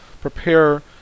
prepare